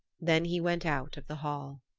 then he went out of the hall.